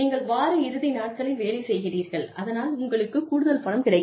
நீங்கள் வார இறுதி நாட்களில் வேலை செய்கிறீர்கள் அதனால் உங்களுக்கு கூடுதல் பணம் கிடைக்கும்